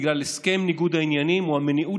בגלל הסכם ניגוד העניינים או המניעות